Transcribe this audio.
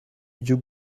you